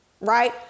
Right